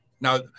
Now